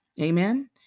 Amen